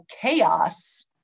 chaos